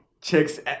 Chicks